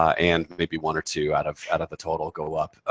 and maybe one or two out of out of the total go up.